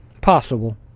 Possible